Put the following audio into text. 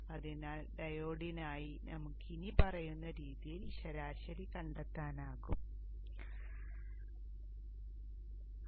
അതിനാൽ ഡയോഡിനായി നമുക്ക് ഇനിപ്പറയുന്ന രീതിയിൽ ശരാശരി കണ്ടെത്താനാകും Im α2π